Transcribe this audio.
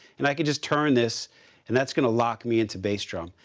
and i could just turn this and that's going to lock me into bass drum.